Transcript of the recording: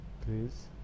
please